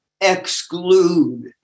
exclude